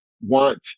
want